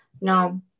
no